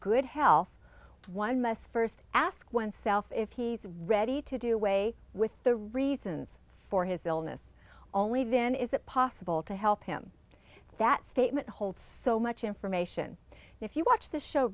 good health one must first ask oneself if he's ready to do away with the reasons for his illness only then is it possible to help him that statement holds so much information if you watch the show